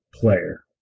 player